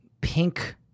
pink